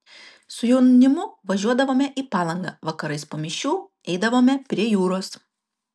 su jaunimu važiuodavome į palangą vakarais po mišių eidavome prie jūros